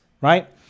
right